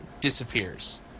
disappears